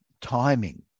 timing